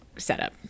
setup